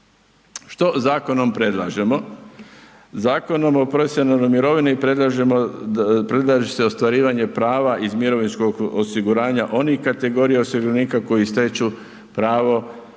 Što zakonom predlažemo? Zakonom o profesionalnoj mirovini predlaže se ostvarivanje prava iz mirovinskog osiguranja onih kategorija osiguranika koji stječu pravo